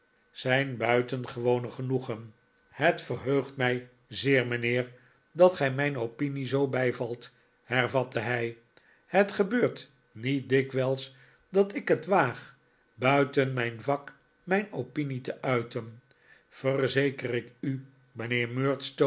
zijn buitengewone genoegen het verheugt mij zeer mijnheer dat gij mijn opinie zoo bijvalt hervatte hij het gebeurt niet dikwijls dat ik het waag buiten mijn vak mijn opinie te uiten verzeker ik u